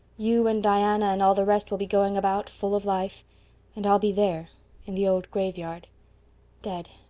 you and diana and all the rest will be going about, full of life and i'll be there in the old graveyard dead!